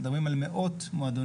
אנחנו מדברים על מאות מועדונים,